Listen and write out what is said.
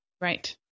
Right